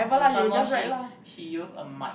and some more she she use a mic